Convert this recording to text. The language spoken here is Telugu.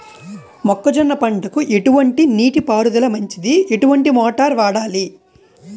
మొక్కజొన్న పంటకు ఎటువంటి నీటి పారుదల మంచిది? ఎటువంటి మోటార్ వాడాలి?